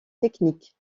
technique